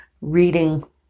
reading